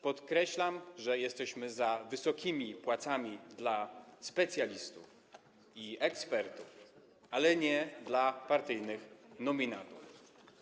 Podkreślam, że jesteśmy za wysokimi płacami dla specjalistów i ekspertów, ale nie dla partyjnych nominatów.